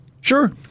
Sure